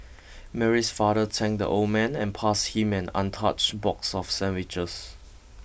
Mary's father thanked the old man and passed him an untouched box of sandwiches